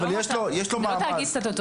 אבל יש לו מעמד --- זה לא תאגיד סטטוטורי.